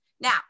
Now